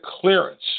clearance